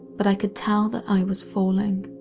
but i could tell that i was falling.